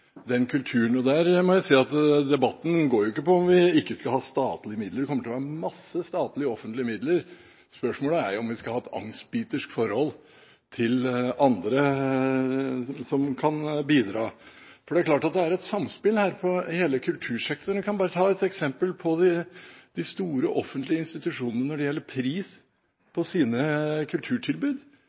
den samme innfallsvinkelen til hvordan man finansierer den kulturen. Debatten handler jo ikke om hvorvidt vi skal ha statlige midler eller ikke. Det kommer til å være store statlige midler. Spørsmålet er om vi skal ha et angstbitersk forhold til andre som kan bidra. Det er et samspill i hele kultursektoren. Ta f.eks. de store offentlige institusjonene når det gjelder pris på deres kulturtilbud: